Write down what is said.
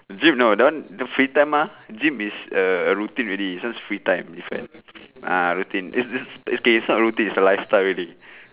gym no that one do free time mah gym is a err routine already so is free time different ah routine is is okay is not routine is a lifestyle already